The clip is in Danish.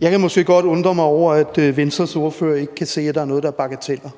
Jeg kan måske godt undre mig over, at Venstres ordfører ikke kan se, at der er noget, der er bagateller.